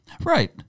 Right